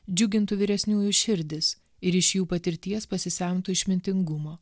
džiugintų vyresniųjų širdis ir iš jų patirties pasisemtų išmintingumo